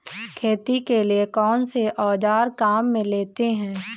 खेती के लिए कौनसे औज़ार काम में लेते हैं?